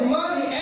money